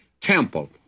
temple